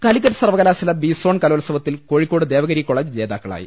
കാലിക്കറ്റ് സർവകലാശാല ബിസോൺ കലോത്സവത്തിൽ കോഴിക്കോട് ദേവഗിരി കോളജ് ജേതാക്കളായി